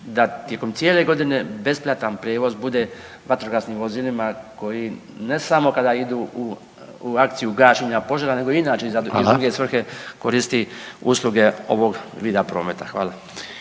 da tijekom cijele godine besplatan prijevoz bude vatrogasnim vozilima koji ne samo kada idu u akciju gašenja požara nego i inače za druge svrhe …/Upadica: Hvala./… koristi usluge ovog vida prometa. Hvala.